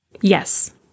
Yes